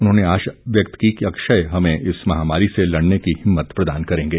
उन्होंने आशा व्यक्त की कि अक्षय हमें इस महामारी से लड़ने की हिम्मत प्रदान करेंगे